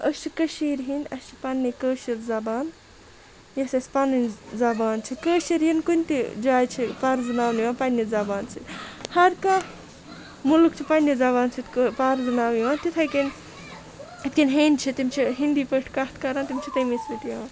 أسۍ چھِ کٔشیٖرِ ہِنٛدۍ اَسہِ چھِ پنٛنٕے کٲشِر زبان یوٚس اَسہِ پَنٕںۍ زبان چھِ کٲشرۍ یِن کُنہِ تہِ جاے چھِ پَزناونہٕ یِوان پنٛںہِ زبانہِ سۭتۍ ہر کانٛہہ مُلک چھِ پنٛنہِ زبانہِ سۭتۍ کہٕ پَزناونہٕ یِوان تِتھَے کٔنۍ یِتھ کٔنۍ ہیٚنٛدۍ چھِ تِم چھِ ہِندی پٲٹھۍ کَتھ کَران تِم چھِ تَمی سۭتۍ یِوان